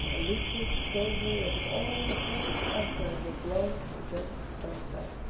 elusive, silvery, as if all the horns of elfland were blowing against the sunset.